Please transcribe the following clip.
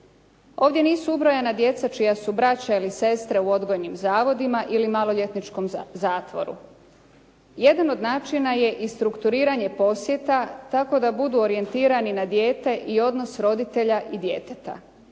Ovdje nisu ubrojana djeca čija su braća ili sestre u odgojnim zavodima ili maloljetničkom zatvoru. Jedan je od načina je i strukturiranje posjeta tako da budu orijentirani na dijete i odnos roditelja i djeteta